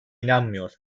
inanmıyor